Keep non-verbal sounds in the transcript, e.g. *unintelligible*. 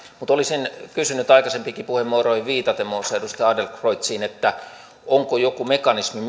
olisin kysynyt aikaisempiinkin puheenvuoroihin muun muassa edustaja adlercreutziin viitaten onko ministerin mielessä joku mekanismi *unintelligible*